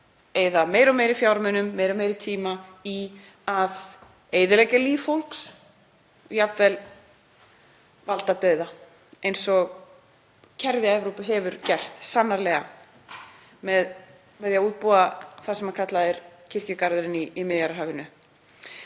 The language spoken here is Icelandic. meiri og meiri fjármunum, meiri og meiri tíma, í að eyðileggja líf fólks, valda jafnvel dauða eins og kerfi Evrópu hefur sannarlega gert, með því að útbúa það sem kallað er kirkjugarðurinn í Miðjarðarhafinu.